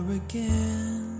again